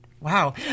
wow